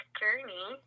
journey